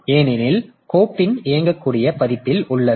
ஏனெனில் கோப்பின் இயங்கக்கூடிய பதிப்பில் உள்ளது